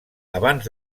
abans